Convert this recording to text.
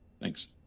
Thanks